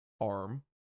arm